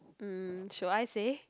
mm should I say